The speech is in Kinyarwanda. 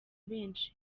benshi